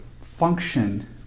function